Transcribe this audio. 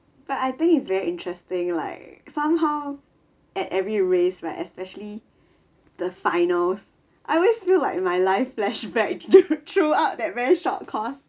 but I think is very interesting like somehow at every race like especially the finals I always feel like my life flashback throughout that very short course